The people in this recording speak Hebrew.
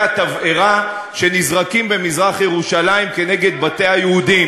התבערה שנזרקים במזרח-ירושלים כנגד בתי היהודים.